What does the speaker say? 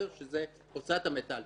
שזה הוצאת המיטלטלין,